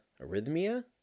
Arrhythmia